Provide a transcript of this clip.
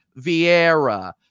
Vieira